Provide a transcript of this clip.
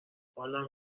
حالم